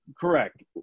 Correct